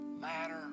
matter